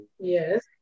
Yes